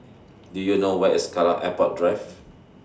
Do YOU know Where IS Kallang Airport Drive